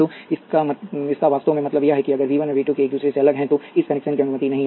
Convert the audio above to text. तो इसका वास्तव में मतलब यह है कि अगर वी 1 और वी 2 एक दूसरे से अलग हैं तो इस कनेक्शन की अनुमति नहीं है